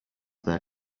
their